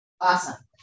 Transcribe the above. Awesome